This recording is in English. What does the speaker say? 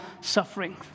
suffering